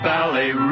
Ballet